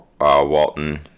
Walton